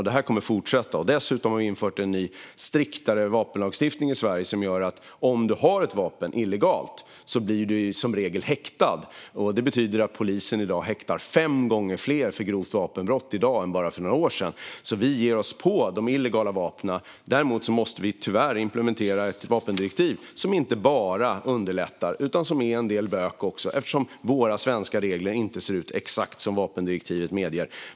Detta kommer att fortsätta. Dessutom har vi infört en ny, striktare vapenlagstiftning i Sverige som innebär att om du har ett vapen illegalt blir du som regel häktad. Detta betyder att polisen i dag häktar fem gånger fler för grovt vapenbrott än bara för några år sedan. Vi ger oss alltså på de illegala vapnen. Däremot måste vi tyvärr implementera ett vapendirektiv som inte bara underlättar utan också ger en del bök eftersom våra svenska regler inte ser ut exakt som vapendirektivet medger.